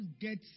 get